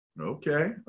Okay